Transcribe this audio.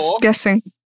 guessing